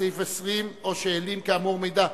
בסעיף 20, או שהעלים כאמור מידע.